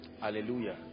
Hallelujah